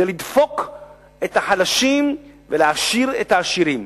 זה לדפוק את החלשים ולהעשיר את העשירים.